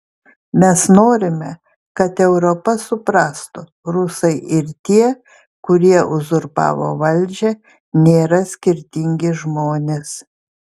mes norime kad europa suprastų rusai ir tie kurie uzurpavo valdžią nėra skirtingi žmonės